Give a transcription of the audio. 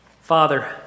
Father